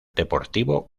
deportivo